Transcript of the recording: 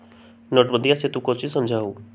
नोटबंदीया से तू काउची समझा हुँ?